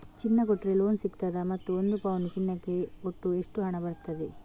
ಚಿನ್ನ ಕೊಟ್ರೆ ಲೋನ್ ಸಿಗ್ತದಾ ಮತ್ತು ಒಂದು ಪೌನು ಚಿನ್ನಕ್ಕೆ ಒಟ್ಟು ಎಷ್ಟು ಹಣ ಬರ್ತದೆ?